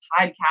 podcast